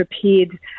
prepared